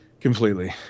completely